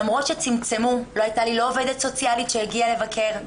למרות שצמצמו ולא הייתה לי לא עובדת סוציאלית שהגיעה לבקר,